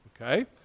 Okay